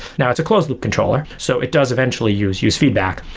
now it's a closed loop controller, so it does eventually use use feedback,